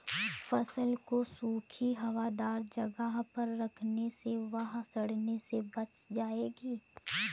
फसल को सूखी, हवादार जगह पर रखने से वह सड़ने से बच जाएगी